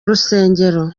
rusengero